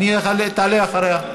תעלה אחריה,